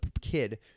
kid